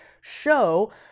show